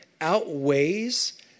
outweighs